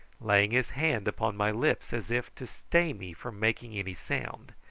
laying his hand upon my lips as if to stay me from making any sound.